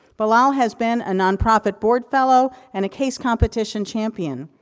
bilal has been a non profit board fellow, and a case competition champion.